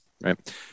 right